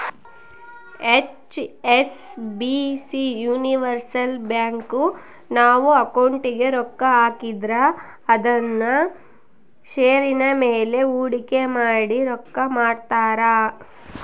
HSBC universal bank, ನಾವು ಅಕೌಂಟಿಗೆ ರೊಕ್ಕ ಹಾಕಿದ್ರ ಅದುನ್ನ ಷೇರಿನ ಮೇಲೆ ಹೂಡಿಕೆ ಮಾಡಿ ರೊಕ್ಕ ಮಾಡ್ತಾರ